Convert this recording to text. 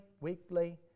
weekly